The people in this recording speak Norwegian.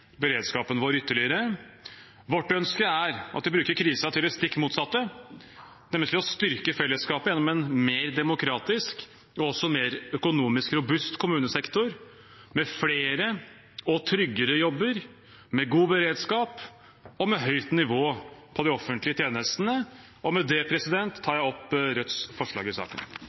beredskapen vår ytterligere. Vårt ønske er at vi bruker krisen til det stikk motsatte, nemlig til å styrke fellesskapet gjennom en mer demokratisk og også mer økonomisk robust kommunesektor, med flere og tryggere jobber, med god beredskap og med høyt nivå på de offentlige tjenestene. Med det tar jeg opp Rødts forslag i saken.